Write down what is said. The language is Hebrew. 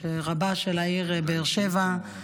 רבה של העיר באר שבע,